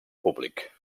públic